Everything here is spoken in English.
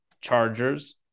Chargers